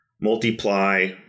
multiply